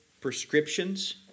prescriptions